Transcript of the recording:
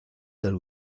del